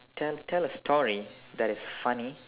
tell tell a story that is funny